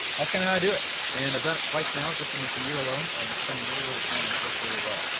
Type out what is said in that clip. that's kinda how i do it and i've done it twice now, just in this year alone and it's been really, really fun and it's worked really well.